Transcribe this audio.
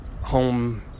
home